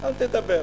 אל תדבר.